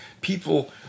people